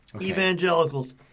Evangelicals